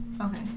okay